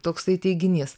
toksai teiginys